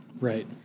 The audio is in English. Right